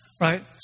right